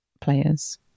players